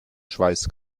schweiß